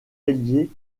alliés